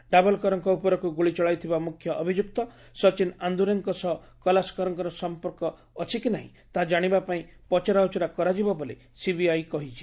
ଡାଭଲ୍କରଙ୍କ ଉପରକୁ ଗୁଳି ଚଳାଇଥିବା ମୁଖ୍ୟ ଅଭିଯୁକ୍ତ ସଚିନ୍ ଆନ୍ଦୁରେଙ୍କ ସହ କଳାସ୍କରଙ୍କର ସଂପର୍କ ଅଛି କି ନାହିଁ ତାହା ଜାଶିବା ପାଇଁ ପଚରାଉଚରା କରାଯିବ ବୋଲି ସିବିଆଇ କହିଛି